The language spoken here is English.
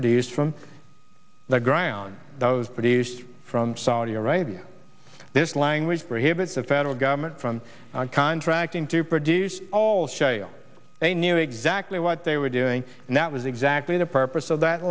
produced from the ground those produced from saudi arabia this language for hits of federal government from contracting to produce all show they knew exactly what they were doing and that was exactly the purpose of that